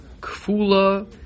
Kfula